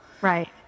Right